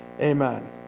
amen